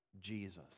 Jesus